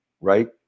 right